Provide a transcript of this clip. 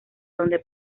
donde